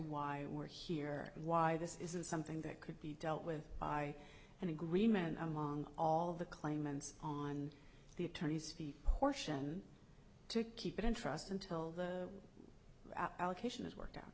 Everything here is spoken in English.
why we're here why this isn't something that could be dealt with by an agreement among all the claimants on the attorney's feet portion to keep it in trust until the allocation is work